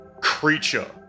creature